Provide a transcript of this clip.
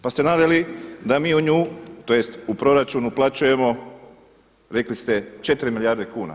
Pa ste naveli da mi u nju, tj. u proračun uplaćujemo rekli ste 4 milijarde kuna.